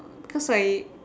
uh because I